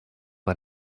bei